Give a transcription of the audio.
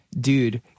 dude